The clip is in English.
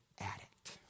addict